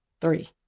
Three